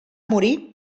morir